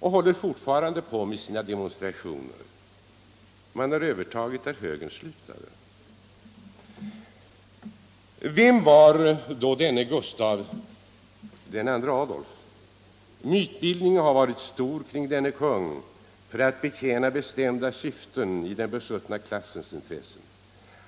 och håller fortfarande på med sina demonstrationer. Man har tagit vid där högern slutade. Vem var då denne Gustav II Adolf? Mytbildningen har varit stor kring denne kung för att tjäna bestämda syften i den besuttna klassens intressen.